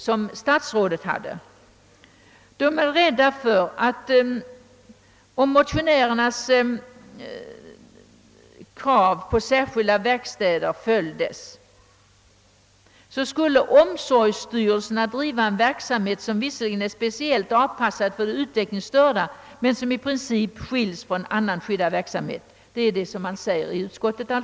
Man är rädd för att omsorgsstyrelserna — om motionärernas krav på särskilda verkstäder tillgodoses — skulle komma att driva en verksamhet som visserligen är speciellt anpassad för de utvecklingsstörda men som i princip skils från annan skyddad verksamhet. Det är ju också detta som föreslås i utskottsutlåtandet.